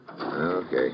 Okay